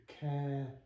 care